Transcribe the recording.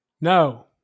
No